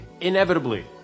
inevitably